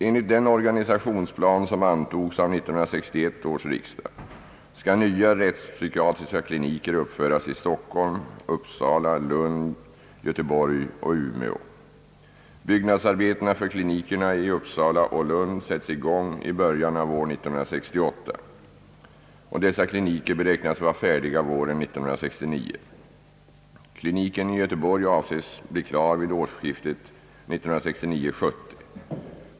Enligt den organisationsplan som antogs av 1961 års riksdag skall nya rättspsykiatriska kliniker uppföras i Stockholm, Uppsala, Lund, Göteborg och Umeå. Byggnadsarbetena för klinikerna i Uppsala och Lund sätts i gång i början av år 1968. Dessa kliniker beräknas vara färdiga våren 1969. Kliniken i Göteborg avses bli klar vid årsskiftet 1969—1970.